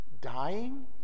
Dying